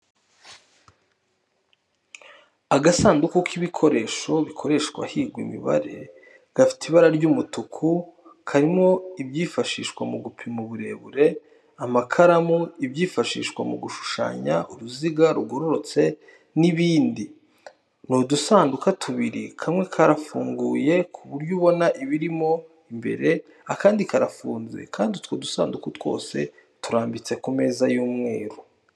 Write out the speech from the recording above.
Agasanduku k'ibikoresho bikoreshwa higwa imibare gafite ibara ry'umutuku, karimo ibyifashishwa mu gupima uburebure, amakaramu, ibyifashishwa mu gushushanya uruziga rugororotse n'ibindi. Ni udusanduka tubiri, kamwe karafunguye ku buryo ubona ibirimo imbere akandi karafunze kandi utwo dusanduku twose turambitse ku meza y'umweru.